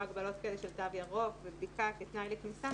הגבלות כאלה של תו ירוק ובדיקה כתנאי לכניסה,